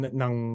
ng